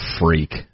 freak